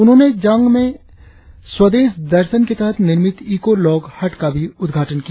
उन्होंने जांग में स्वदेश दर्शन के तहत निर्मित इको लॉग हट का भी उद्घाटन किया